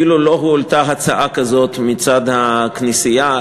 אפילו לא הועלתה הצעה כזאת מצד הכנסייה.